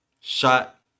shot